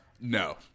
No